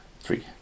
three